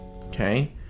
okay